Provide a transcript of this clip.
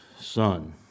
Son